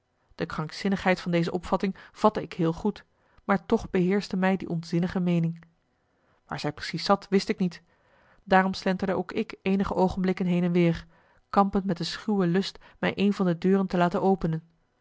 nagelaten bekentenis van deze opvatting vatte ik heel goed maar toch beheerschte mij die onzinnige meening waar zij precies zat wist ik niet daarom slenterde ook ik eenige oogenblikken heen en weer kampend met de schuwe lust mij een van de deuren te laten openen